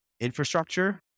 infrastructure